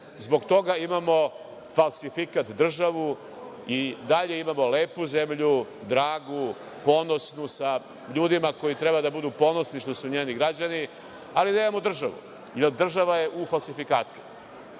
zbog toga imamo falsifikat državu. I dalje imamo lepu zemlju, dragu, ponosnu, sa ljudima koji treba da budu ponosni što su njeni građani, ali nemamo državu, jer država je u falsifikatu. Ovim